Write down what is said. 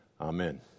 Amen